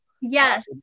yes